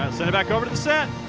send it back over to the set.